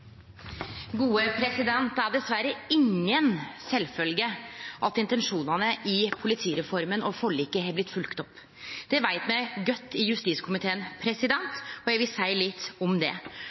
dessverre inga sjølvfylgje at intensjonane i politireforma og forliket har blitt fylgt opp. Det veit me godt i justiskomiteen, og eg vil seie litt om det.